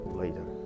later